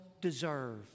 deserve